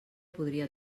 podria